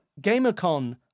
GamerCon